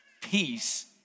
peace